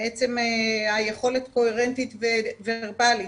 מעצם היכולת הקוהרנטית וורבלית.